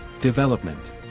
Development